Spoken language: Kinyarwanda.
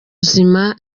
zuma